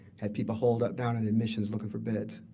had people holed up down in admissions looking for beds.